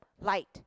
light